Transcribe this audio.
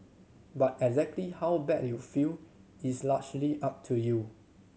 but exactly how bad you feel is largely up to you